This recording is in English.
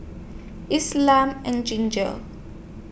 Islam and Ginger